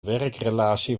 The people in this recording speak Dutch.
werkrelatie